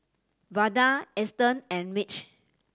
Vada Eston and Mitch